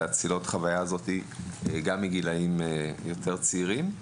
צלילות החוויה האלו גם בגילאים יותר צעירים.